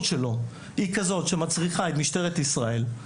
שלו היא כזאת שמצריכה את משטרת ישראל,